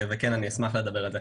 אני אשמח לדבר על זה.